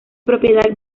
propiedad